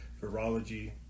virology